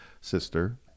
sister